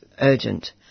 urgent